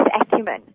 acumen